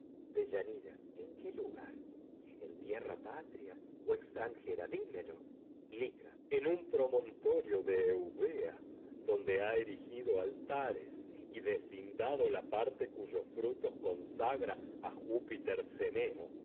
deyanira en qué lugar en tierra patria o ex tranjera dimelo lica en un promontorio de eubea donde ha eri gido gra altares y deslindado a la parte cuyos frutos consa júpiter ceneo